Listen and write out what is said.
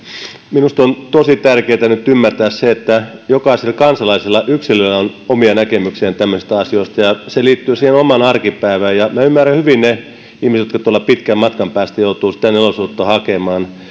minusta on tosi tärkeää nyt ymmärtää se että jokaisella kansalaisella yksilöllä on omia näkemyksiään tämmöisistä asioista ja se liittyy siihen omaan arkipäivään minä ymmärrän hyvin niitä ihmisiä jotka pitkän matkan päästä joutuvat sitä nelosolutta hakemaan